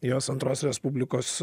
jos antros respublikos